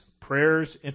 prayers